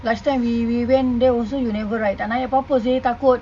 last time we we went there also you never ride tak naik apa-apa seh takut